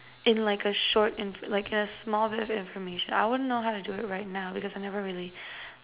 in like a short in like a small bit of information I wouldn't know how to do it right now because I never really